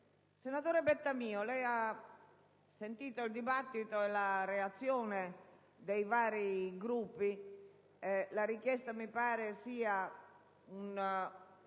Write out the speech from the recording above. Senatore Bettamio, lei ha sentito il dibattito e la reazione dei vari Gruppi. La richiesta mi pare sia in